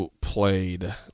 played